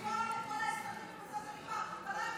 שוויון לכל האזרחים ובזה זה נגמר.